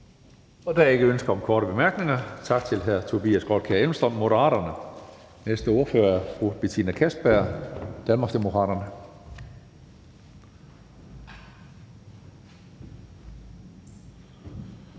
Der er ikke ønske om korte bemærkninger. Tak til hr. Tobias Grotkjær Elmstrøm, Moderaterne. Den næste ordfører er fru Betina Kastbjerg, Danmarksdemokraterne.